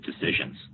decisions